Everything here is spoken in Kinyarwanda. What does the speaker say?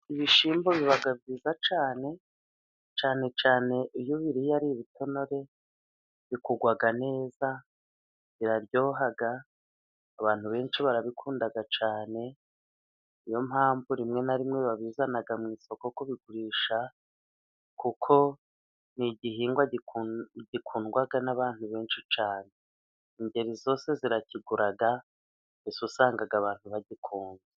Ibishyimbo biba byiza cyane， cyane cyane iyo ubiriye ari ibitonore， bikugwa neza， biraryoha， abantu benshi barabikunda cyane. Niyo mpamvu rimwe na rimwe babizana mu isoko kubigurisha， kuko ni igihingwa gikundwa n'abantu benshi cyane，ingeri zose zirakigura，mbese usanga abantu bagikunda.